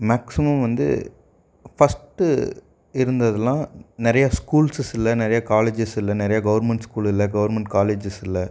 maximum வந்து first இருந்ததுலாம் நிறைய ஸ்கூல்ஸஸுல நிறைய காலேஜஸ்ஸில்ல நிறைய கவுர்மண்ட் ஸ்கூல் இல்லை கவுர்மண்ட் காலேஜஸ் இல்லை